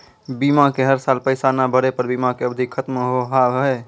बीमा के हर साल पैसा ना भरे पर बीमा के अवधि खत्म हो हाव हाय?